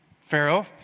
Pharaoh